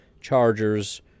Chargers